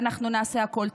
ואנחנו נעשה הכול.